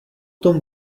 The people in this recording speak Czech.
tom